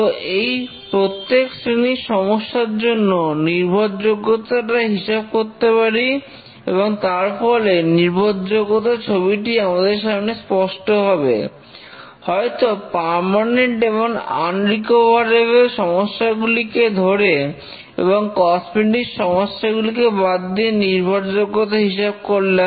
তো এই প্রত্যেক শ্রেণীর সমস্যার জন্য নির্ভরযোগ্যতাটা হিসেব করতে পারি এবং তার ফলে নির্ভরযোগ্যতার ছবিটি আমাদের সামনে স্পষ্ট হবে হয়তো পার্মানেন্ট এবং আনরিকভারেবল সমস্যাগুলিকে ধরে এবং কসমেটিক সমস্যাগুলিকে বাদ দিয়ে নির্ভরযোগ্যতা হিসাব করলাম